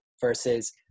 versus